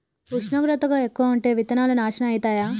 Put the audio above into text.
ఉష్ణోగ్రత ఎక్కువగా ఉంటే విత్తనాలు నాశనం ఐతయా?